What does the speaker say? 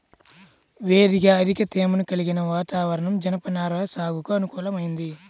వేడిగా అధిక తేమను కలిగిన వాతావరణం జనపనార సాగుకు అనుకూలమైంది